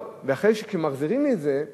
ואחרי שמחזירים לי את זה,